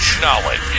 Knowledge